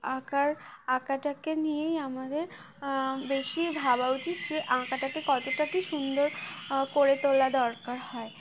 আঁকার আঁকাটাকে নিয়েই আমাদের বেশি ভাবা উচিত যে আঁকাটাকে কতটা কি সুন্দর করে তোলা দরকার হয়